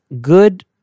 good